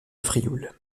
frioul